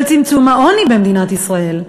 של צמצום העוני במדינת ישראל?